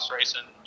Racing